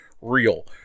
real